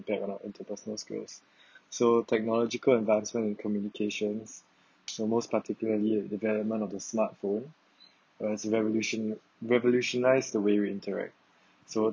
impact on our interpersonal skills so technological advancement and communications the most particularly in development of the smartphone revolution revolutionised the way we interact so